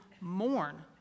mourn